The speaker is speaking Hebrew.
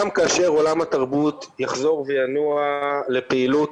כאשר עולם התרבות יחזור וינוע לפעילות,